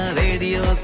radio